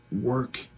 work